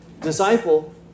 Disciple